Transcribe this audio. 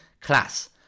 class